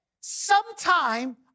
sometime